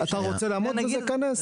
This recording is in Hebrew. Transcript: אתה רוצה לעמוד בזה כנס.